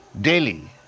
daily